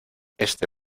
este